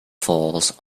falls